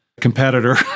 competitor